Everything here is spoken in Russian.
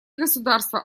государства